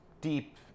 deep